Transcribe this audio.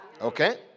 Okay